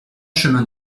chemin